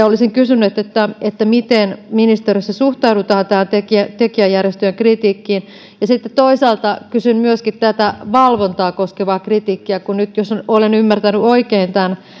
olisin kysynyt miten ministeriössä suhtaudutaan tähän tekijänoikeusjärjestöjen kritiikkiin sitten toisaalta kysymykseni koskee myöskin tätä valvontaa koskevaa kritiikkiä jos olen ymmärtänyt oikein tämän